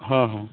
ହଁ ହଁ